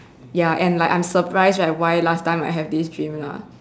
ya and like I'm surprised at why last time I have this dream lah